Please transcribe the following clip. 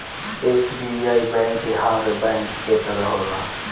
SBI bank हर bank के तरह होला